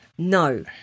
No